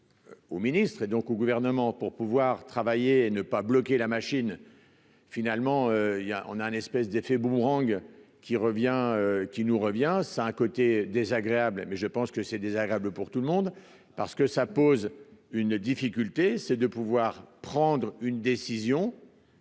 au ministre et donc au gouvernement pour pouvoir travailler et ne pas bloquer la machine, finalement, il y a, on a un espèce d'effet boomerang qui revient, qui nous revient, ça a un côté désagréable mais je pense que c'est désagréable pour tout le monde parce que ça pose une difficulté, c'est de pouvoir prendre une décision.